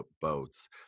boats